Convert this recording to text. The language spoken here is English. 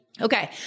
Okay